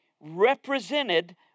represented